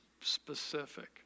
specific